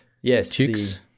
Yes